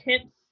tips